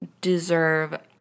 deserve